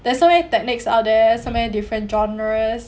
there's so many techniques out there so many different genres